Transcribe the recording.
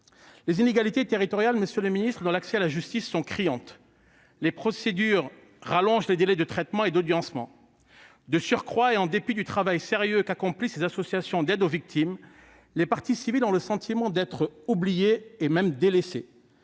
les inégalités territoriales dans l'accès à la justice sont criantes. Les procédures rallongent les délais de traitement et d'audiencement. De surcroît, en dépit du travail sérieux qu'accomplissent les associations d'aide aux victimes, les parties civiles ont le sentiment d'être oubliées, voire délaissées.